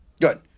Good